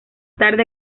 tarde